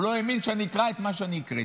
הוא לא האמין שאני אקרא את מה שאני הקראתי.